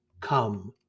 Come